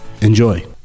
Enjoy